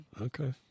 Okay